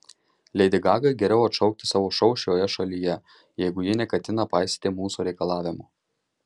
leidi gagai geriau atšaukti savo šou šioje šalyje jeigu ji neketina paisyti mūsų reikalavimo